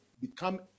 become